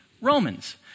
Romans